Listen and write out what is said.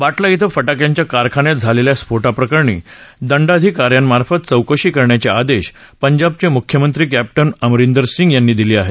बाटला िक्वें फटाक्यांच्या कारखान्यात झालेल्या स्फोटप्रकरणी दंडाधिका यांमार्फत चौकशी करण्याचे आदेश पंजाबचे मुख्यमंत्री कॅप्टन अमरिंदर सिंग यांनी दिले आहेत